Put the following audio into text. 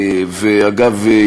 ואגב,